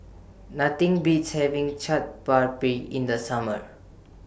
Nothing Beats having Chaat Papri in The Summer